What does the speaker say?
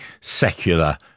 secular